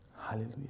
Hallelujah